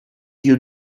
you